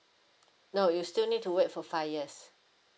no you still need to wait for five years